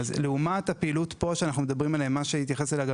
לעומת הפעילות שאנחנו מדברים עליה פה שהתייחס אליה גם